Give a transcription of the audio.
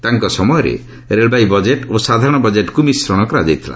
ତାଙ୍କ ସମୟରେ ରେଳବାଇ ବଜେଟ୍ ଓ ସାଧାରଣ ବଜେଟ୍କୁ ମିଶ୍ରଣ କରାଯାଇଥିଲା